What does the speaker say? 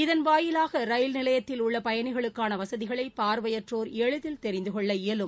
இதன் வாயிவாக ரயில் நிலையத்திலுள்ள பயணிகளுக்கான வசதிகளை பார்வையாற்றோர் எளிதில் தெரிந்துகொள்ள இயலும்